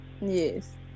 yes